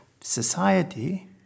society